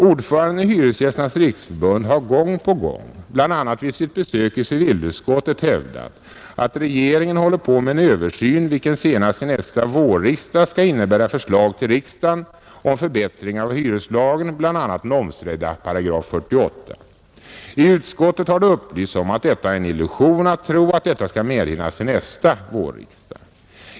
Ordföranden i Hyresgästernas riksförbund har gång på gång, bl.a. vid sitt besök i civilutskottet, hävdat att regeringen håller på med en översyn, vilken senast till nästa vårriksdag skall innebära förslag till riksdagen om förbättringar av hyreslagen, bl.a. av den omstridda 48 §. I utskottet har det upplysts om att det är en illusion att tro att detta skall medhinnas till nästa vårriksdag.